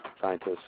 Scientists